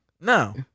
No